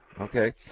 Okay